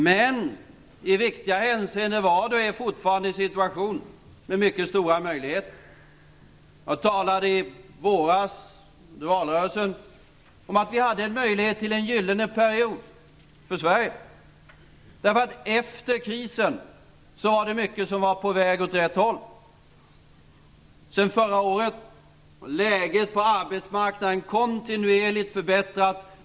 Men i viktiga hänseenden var och är det fortfarande en situation med mycket stora möjligheter. Jag talade i våras under valrörelsen om att vi hade en möjlighet till en gyllene period för Sverige. Efter krisen var det mycket som var på väg åt rätt håll. Sedan förra året har läget på arbetsmarknaden kontinuerligt förbättrats.